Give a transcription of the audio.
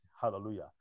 Hallelujah